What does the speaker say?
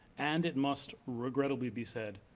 and it must regrettably be said,